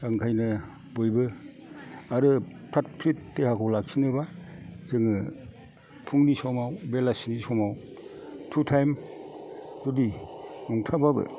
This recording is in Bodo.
ओंखायनो बयबो आरो फ्राथ फ्रिथ देहाखौ लाखिनोबा जोङो फुंनि समाव बेलासिनि समाव टु टाइम जुदि नंथ्राबाबो